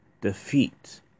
defeat